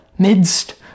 midst